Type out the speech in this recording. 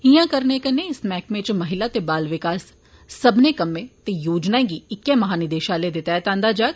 इयां करने कन्नै इस मैहकमे च महिला ते बाल विकास सब्बने कम्में ते योजनाएं गी इक्कै महानिदेशालय दे तैहत आंदा जाग